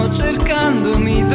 cercandomi